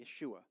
Yeshua